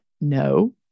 No